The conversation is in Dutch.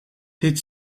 dit